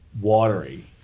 watery